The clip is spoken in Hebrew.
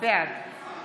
בעד